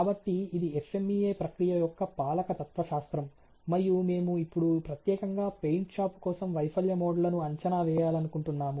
కాబట్టి ఇది FMEA ప్రక్రియ యొక్క పాలక తత్వశాస్త్రం మరియు మేము ఇప్పుడు ప్రత్యేకంగా పెయింట్ షాపు కోసం వైఫల్య మోడ్లను అంచనా వేయాలనుకుంటున్నాము